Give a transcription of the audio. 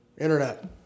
Internet